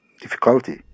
difficulty